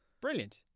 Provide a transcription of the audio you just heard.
Brilliant